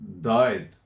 died